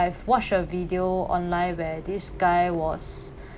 I've watch a video online where this guy was